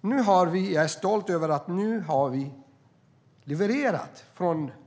Nu har vi från